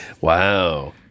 wow